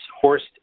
Horst